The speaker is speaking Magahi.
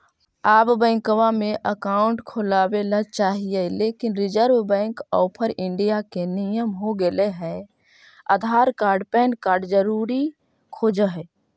आब बैंकवा मे अकाउंट खोलावे ल चाहिए लेकिन रिजर्व बैंक ऑफ़र इंडिया के नियम हो गेले हे आधार कार्ड पैन कार्ड जरूरी खोज है?